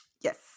Yes